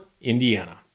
Indiana